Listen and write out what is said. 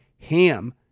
HAM